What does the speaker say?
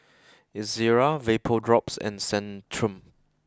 Ezerra VapoDrops and Centrum